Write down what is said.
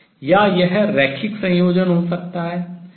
या यह रैखिक संयोजन हो सकता है